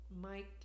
Mike